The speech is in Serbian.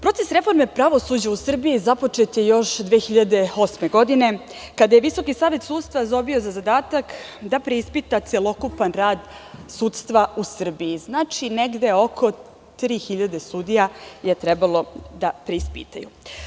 Proces reforme pravosuđa u Srbiji započet je još 2008. godine, kada je Visoki savet sudstva dobio za zadatak da preispita celokupan rad sudstva u Srbiji, znači negde oko 3.000 sudija je trebalo da preispitaju.